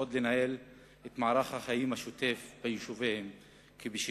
לנהל את מערך החיים השוטף ביישוביהן כבשגרה.